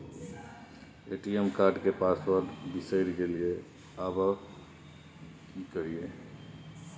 ATM card के password बिसरि गेलियै आबय की करियै?